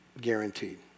guaranteed